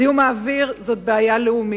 זיהום האוויר הוא בעיה לאומית.